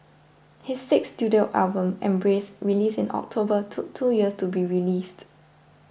his sixth studio album Embrace released in October took two years to be released